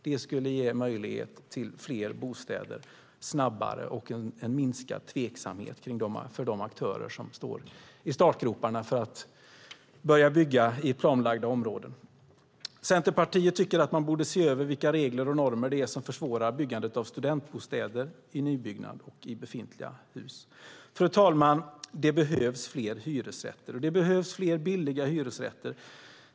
Det skulle ge möjlighet till fler bostäder snabbare och en minskad tveksamhet för de aktörer som står i startgroparna för att börja bygga i planlagda områden. Centerpartiet tycker att man borde se över vilka regler och normer det är som försvårar byggandet av studentbostäder i nybyggnad och i befintliga hus. Fru talman! Det behövs fler hyresrätter. Det behövs fler billiga hyresrätter.